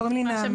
קוראים לי נעמה